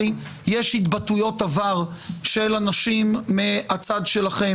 וזה כמובן זכותכם